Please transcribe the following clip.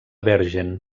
bergen